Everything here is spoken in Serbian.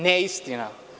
Neistina.